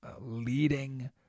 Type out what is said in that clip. leading